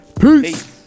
Peace